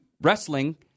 wrestling